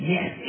Yes